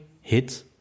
hit